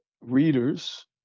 readers